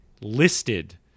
listed